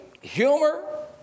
humor